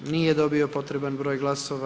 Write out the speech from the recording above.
Nije dobio potreban broj glasova.